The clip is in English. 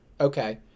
Okay